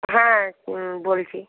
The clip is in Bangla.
হ্যাঁ বলছি